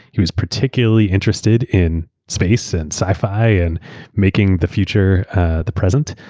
he was particularly interested in space, and sci-fi, and making the future the present.